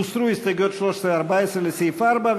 הוסרו הסתייגויות 13 ו-14 לסעיף 4,